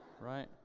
right